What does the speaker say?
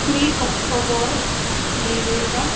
स्नि अक्ट'बर नैरोजा